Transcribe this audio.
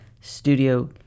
Studio